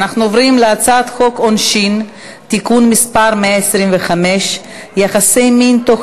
אנחנו עוברים להצעת חוק העונשין (תיקון מס' 125) (יחסי מין תוך